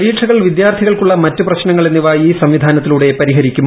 പരീക്ഷകൾ വിദ്യാർത്ഥികൾക്കുള്ള മറ്റ് പ്രശ്നങ്ങൾ എന്നിവ ഈ സംവിധാനത്തിലൂടെ പരിഹരിക്കും